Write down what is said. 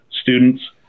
students